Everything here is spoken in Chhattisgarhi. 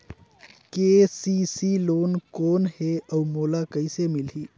के.सी.सी लोन कौन हे अउ मोला कइसे मिलही?